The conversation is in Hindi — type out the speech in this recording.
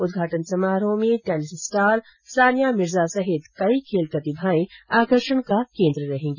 उद्घाटन समारोह में टेनिस स्टार सानिया मिर्जा सहित कई खेल प्रतिभाएं आकर्षण का केन्द्र रहेंगी